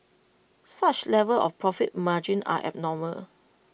such levels of profit margin are abnormal